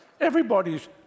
Everybody's